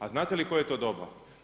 A znate li koje je to doba?